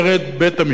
בית-המשפט,